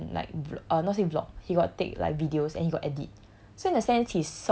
he got go and like vl~ um not say vlog he got take like videos and he got edit